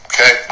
Okay